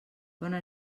bona